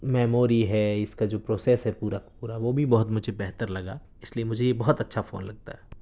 memory ہے اس کا جو پروسیس ہے پورا پورا وہ بھی مجھے بہت بہتر لگا اس لیے مجھے یہ بہت اچھا فون لگتا ہے